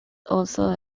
also